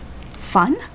Fun